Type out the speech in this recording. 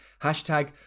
Hashtag